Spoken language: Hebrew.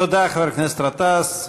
תודה, חבר הכנסת גטאס.